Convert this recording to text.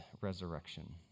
resurrection